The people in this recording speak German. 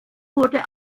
wurde